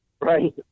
Right